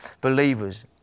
believers